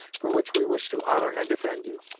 for which we wish to honor and defend you